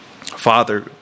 Father